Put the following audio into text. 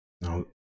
No